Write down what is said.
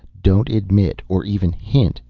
don't admit, or even hint,